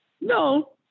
No